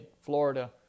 Florida